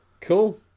cool